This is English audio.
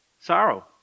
sorrow